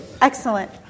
Excellent